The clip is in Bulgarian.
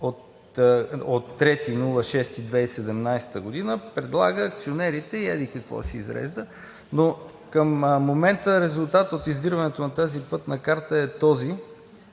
от 3 юни 2017 г. предлага акционерите… и еди-какво си, изрежда. Но към момента резултатът от издирването на тази Пътна карта е този.